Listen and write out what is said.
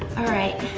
alright,